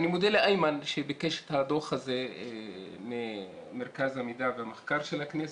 אני מודה לאיימן שביקש את הדוח הזה ממרכז המחקר והמידע של הכנסת,